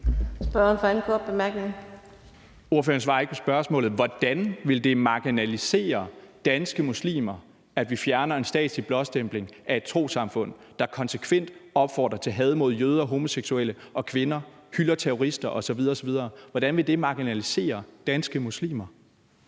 Hvordan vil det marginalisere danske muslimer, at vi fjerner en statslig blåstempling af et trossamfund, der konsekvent opfordrer til had mod jøder, homoseksuelle og kvinder og hylder terrorister osv. osv.? Hvordan vil det marginalisere danske muslimer?